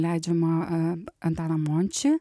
leidžiamą a antaną mončį